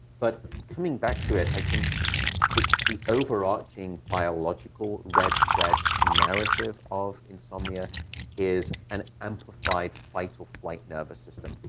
but coming back to it, i think the the overarching biological red thread narrative of insomnia is an amplified fight-or-flight nervous system,